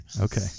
Okay